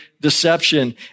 deception